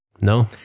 No